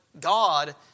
God